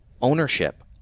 ownership